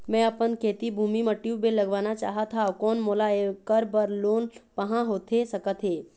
मैं अपन खेती भूमि म ट्यूबवेल लगवाना चाहत हाव, कोन मोला ऐकर बर लोन पाहां होथे सकत हे?